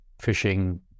fishing